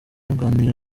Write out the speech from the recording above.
nganira